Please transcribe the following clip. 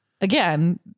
Again